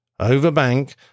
overbank